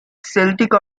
celtic